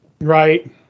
right